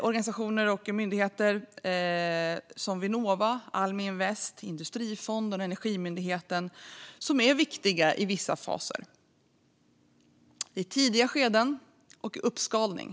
Organisationer och myndigheter som Vinnova, Almi Invest, Industrifonden och Energimyndigheten är viktiga i vissa faser, i tidiga skeden och i uppskalning.